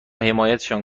حمایتشان